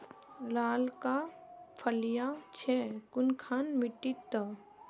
लालका फलिया छै कुनखान मिट्टी त?